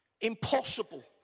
impossible